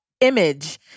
Image